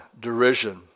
derision